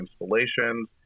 installations